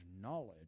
knowledge